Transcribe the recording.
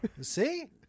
See